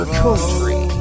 country